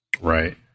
Right